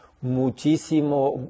muchísimo